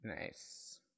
Nice